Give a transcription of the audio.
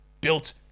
built